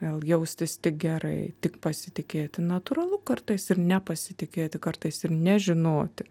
vėl jaustis tik gerai tik pasitikėti natūralu kartais ir nepasitikėti kartais ir nežinoti